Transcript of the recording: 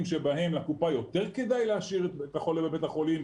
שבהם לקופה יותר כדאי להשאיר חולה בבית החולים,